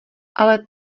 ale